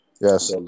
yes